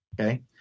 okay